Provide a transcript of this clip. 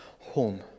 home